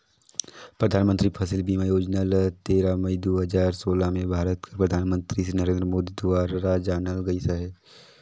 परधानमंतरी फसिल बीमा योजना ल तेरा मई दू हजार सोला में भारत कर परधानमंतरी सिरी नरेन्द मोदी दुवारा लानल गइस अहे